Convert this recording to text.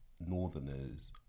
northerners